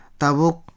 tabuk